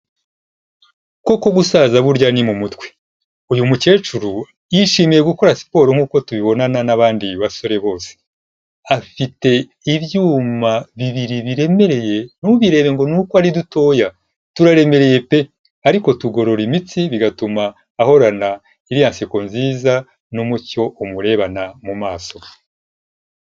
Kuko ubusaza burya ni mu mutwe, uyu mukecuru yishimiye gukora siporo nkuko tubibonana n'abandi basore bose, afite ibyuma bibiri biremereye ntubirebe ngo nuko ari dutoya, turaremereye pe ariko tugorora imitsi, bigatuma ahorana iriya nseko nziza n'umucyo umurebana mu maso.